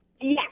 Yes